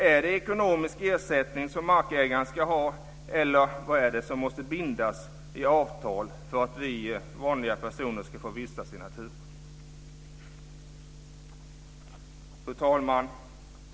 Är det ekonomisk ersättning som markägaren ska ha eller vad är det som måste bindas i avtal för att vi vanliga personer ska få vistas i naturen? Fru talman!